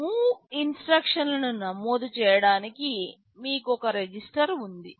move instruction లనునమోదు చేయడానికి మీకు ఒక రిజిస్టర్ ఉంది